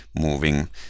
moving